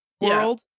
world